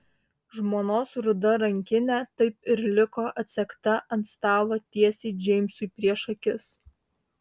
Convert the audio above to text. žmonos ruda rankinė taip ir liko atsegta ant stalo tiesiai džeimsui prieš akis